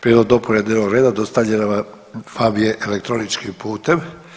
Prijedlog dopune dnevnog reda dostavljan vam je elektroničkim putem.